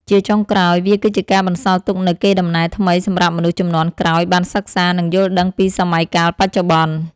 ជាចុងក្រោយ វាគឺជាការបន្សល់ទុកនូវកេរដំណែលថ្មីសម្រាប់មនុស្សជំនាន់ក្រោយបានសិក្សា និងយល់ដឹងពីសម័យកាលបច្ចុប្បន្ន។